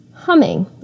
Humming